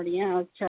बढ़िया अच्छा